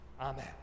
Amen